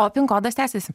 o kodas tęsiasi